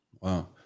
Wow